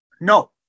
no